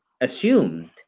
assumed